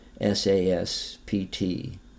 S-A-S-P-T